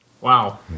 Wow